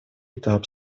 этап